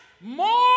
more